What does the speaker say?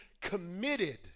committed